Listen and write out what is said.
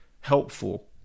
helpful